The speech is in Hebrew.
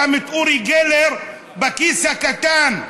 שם את אורי גלר בכיס הקטן.